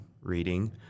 reading